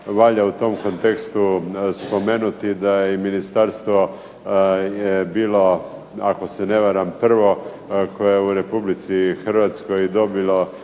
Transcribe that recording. Valja u tom kontekstu spomenuti da je i ministarstvo bilo, ako se ne varam, prvo koje je u RH dobilo